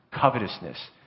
Covetousness